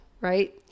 right